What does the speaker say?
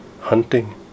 hunting